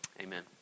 Amen